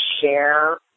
share